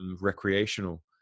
recreational